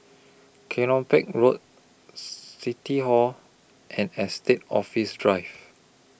Kelopak Road City Hall and Estate Office Drive